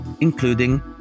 including